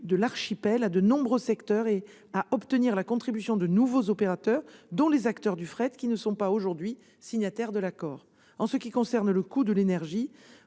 de l'archipel à de nombreux secteurs et obtenir la contribution de nouveaux opérateurs, dont les acteurs du fret, qui ne sont pas aujourd'hui signataires de l'accord. En ce qui concerne le coût de l'énergie,